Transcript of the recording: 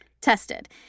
tested